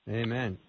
amen